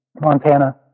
Montana